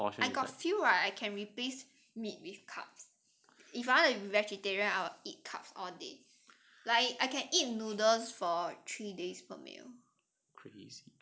I got few right I can replace meat with carbs if you want to vegetarian I will eat carbs or day like I can eat noodles for three days per meal